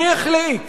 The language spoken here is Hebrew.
מי החליט